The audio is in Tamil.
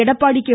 எடப்பாடி கே